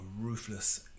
ruthless